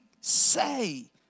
say